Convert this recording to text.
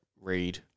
read